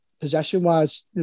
possession-wise